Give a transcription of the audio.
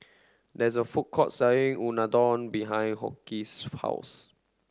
there is a food court selling Unadon behind Hoke's house